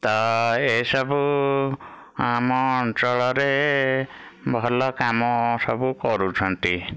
ତ ଏସବୁ ଆମ ଅଞ୍ଚଳରେ ଭଲ କାମ ସବୁ କରୁଛନ୍ତି